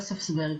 יוספסברג.